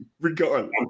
regardless